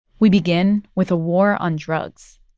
we begin with a war on drugs